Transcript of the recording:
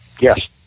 Yes